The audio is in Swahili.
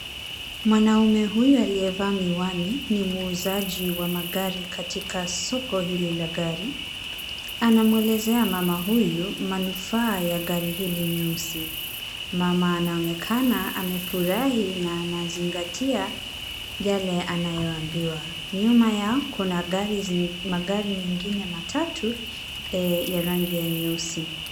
Mwanaume huyu aliyevaa miwani ni muuzaji wa magari katika soko hili la gari. Anamwelezea mama huyu manufaa ya gari hili nyeusi. Mama anaonekana amefurahi na anazingatia yale anayoambiwa. Nyuma yao, kuna magari mengine matatu ya rangi nyeusi.